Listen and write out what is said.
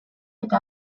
eta